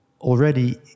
already